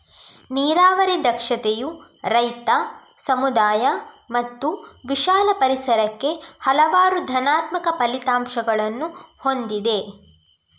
ನೀರಾವರಿ ದಕ್ಷತೆಯು ರೈತ, ಸಮುದಾಯ ಮತ್ತು ವಿಶಾಲ ಪರಿಸರಕ್ಕೆ ಹಲವಾರು ಧನಾತ್ಮಕ ಫಲಿತಾಂಶಗಳನ್ನು ಹೊಂದಿದೆ